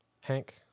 Hank